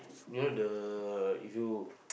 near the you